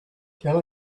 can